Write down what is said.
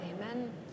Amen